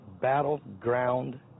battleground